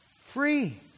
Free